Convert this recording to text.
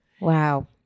Wow